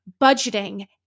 budgeting